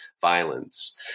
violence